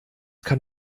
kann